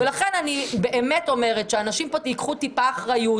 לכן אני באמת אומרת לאנשים פה שייקחו טיפה אחריות